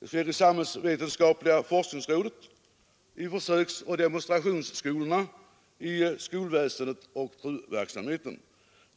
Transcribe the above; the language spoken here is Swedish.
det samhällsvetenskapliga forskningsrådet, försöksoch demonstrationsskolorna i skolväsendet och TRU.